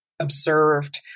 observed